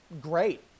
Great